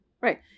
Right